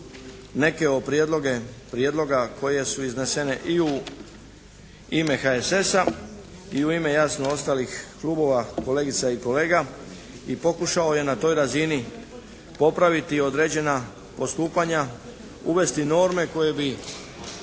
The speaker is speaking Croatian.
neke od prijedloga koje su iznesene i u ime HSS-a i u ime jasno ostalih klubova kolegice i kolega i pokušao je na toj razini popraviti određena odstupanja, uvesti norme koje bi